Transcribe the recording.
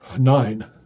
Nine